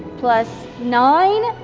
plus nine